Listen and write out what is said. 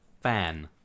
fan